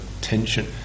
tension